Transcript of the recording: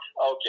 Okay